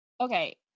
Okay